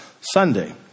Sunday